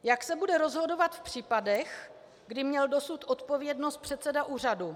Jak se bude rozhodovat v případech, kdy měl dosud odpovědnost předseda úřadu?